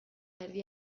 erdi